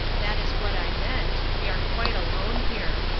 that is what i meant we are quite alone here.